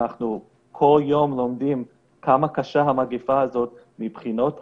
אנחנו כל יום לומדים עד כמה קשה המגפה הזו מבחינות אחרות,